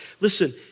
Listen